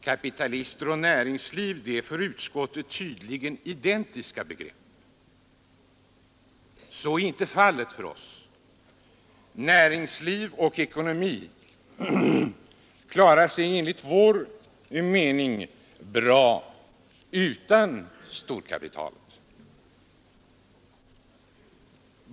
Kapitalister och näringsliv är tydligen för utskottet identiska begrepp. Så är inte fallet för oss. Näringsliv och ekonomi klarar sig enligt vår mening bra utan storkapitalet.